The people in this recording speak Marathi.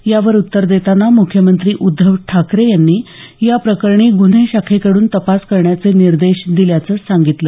यावर उत्तर देताना मुख्यमंत्री उद्धव ठाकरे यांनी या प्रकरणी गुन्हे शाखेकडून तपास करण्याचे निर्देश दिल्याचं सांगितलं